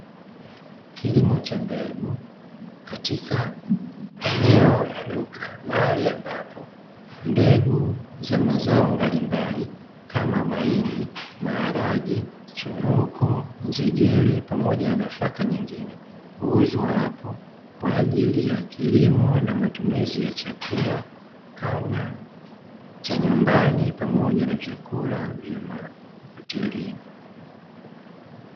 Kilimo cha mbegu katika eneo la duka mahali ambapo mbegu za mazao mbalimbali kama mahindi, maharage choroko njegere pamoja na nafaka nyengine huuzwa hapo kwa ajili ya kilimo na matumizi ya chakula kama cha nyumbani pamoja na vyakula vya mahotelini.